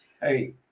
Hey